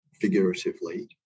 figuratively